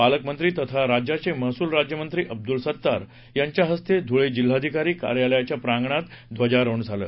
पालकमंत्री तथा राज्याचे महसुल राज्यमंत्री अब्दुल सत्तार यांच्या हस्ते धुळे जिल्हाधिकारी कार्यालयाच्या प्रागंणात ध्वजारोहण झाले